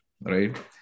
right